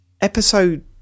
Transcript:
episode